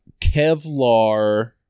Kevlar